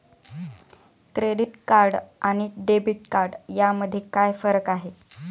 Credit card आणि debit card यामध्ये काय फरक आहे?